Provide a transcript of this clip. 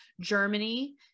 Germany